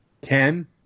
Ken